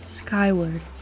skyward